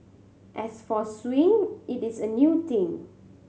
as for suing it is a new thing